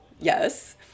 Yes